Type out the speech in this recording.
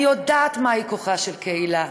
אני יודעת מהו כוחה של קהילה.